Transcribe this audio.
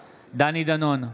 דנון,